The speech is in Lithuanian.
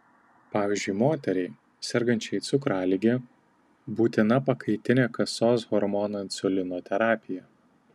pavyzdžiui moteriai sergančiai cukralige būtina pakaitinė kasos hormono insulino terapija